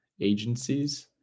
agencies